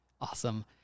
Awesome